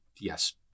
Yes